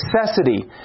necessity